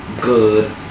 good